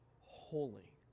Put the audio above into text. holy